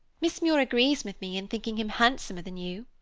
miss muir agrees with me in thinking him handsomer than you.